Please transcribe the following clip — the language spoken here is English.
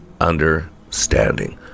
understanding